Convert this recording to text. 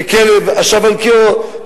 ככלב השב על קיאו,